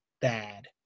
bad